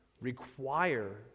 require